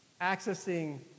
accessing